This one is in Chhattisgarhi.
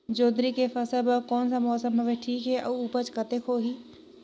जोंदरी के फसल बर कोन सा मौसम हवे ठीक हे अउर ऊपज कतेक होही?